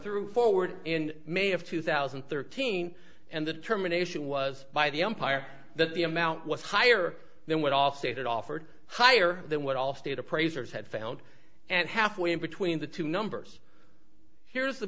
through forward in may of two thousand and thirteen and the determination was by the empire that the amount was higher than what all stated offered higher than what all state appraisers had found and halfway in between the two numbers here's the